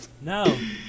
No